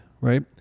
right